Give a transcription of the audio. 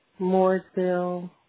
Mooresville